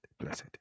blessed